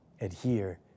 adhere